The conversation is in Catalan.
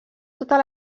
totes